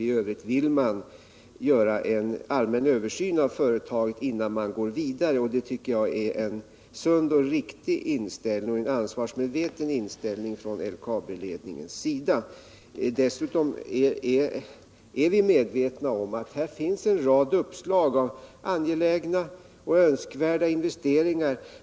I övrigt vill man göra en allmän översyn av företaget innan man går vidare. Det tycker jag är en sund och riktig och ansvarsmedveten inställning från LKAB ledningens sida. Vi är medvetna om att det finns en rad uppslag om angelägna och önskvärda investeringar.